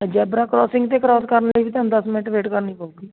zebra crossing 'ਤੇ cross ਕਰਨ ਲਈ ਵੀ ਤੁਹਾਨੂੰ ਦਸ ਮਿੰਟ ਵੇਟ ਕਰਨੀ ਪਊਗੀ